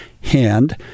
hand